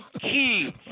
key